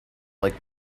like